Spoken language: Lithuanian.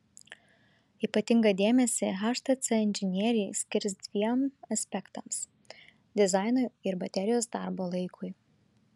ypatingą dėmesį htc inžinieriai skirs dviem aspektams dizainui ir baterijos darbo laikui